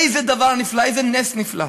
איזה דבר נפלא, איזה נס נפלא.